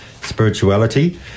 spirituality